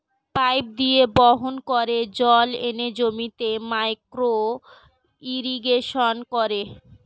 pipe দিয়ে বাহন করে জল এনে জমিতে মাইক্রো ইরিগেশন করে